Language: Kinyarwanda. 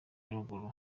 ruguru